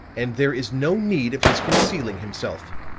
and there is no need of his concealing himself.